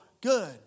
good